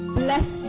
bless